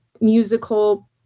musical